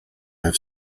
have